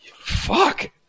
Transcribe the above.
fuck